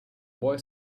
boy